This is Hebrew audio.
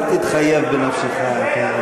אל תתחייב בנפשך.